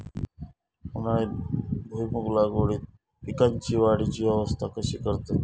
उन्हाळी भुईमूग लागवडीत पीकांच्या वाढीची अवस्था कशी करतत?